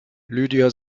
lydia